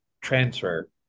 transfer